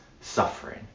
suffering